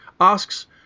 asks